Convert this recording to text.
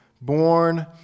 born